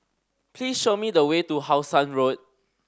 please show me the way to How Sun Road